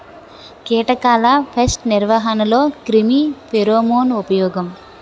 కీటకాల పేస్ట్ నిర్వహణలో క్రిమి ఫెరోమోన్ ఉపయోగం